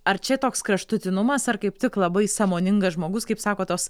ar čia toks kraštutinumas ar kaip tik labai sąmoningas žmogus kaip sako tos